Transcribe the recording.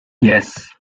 yes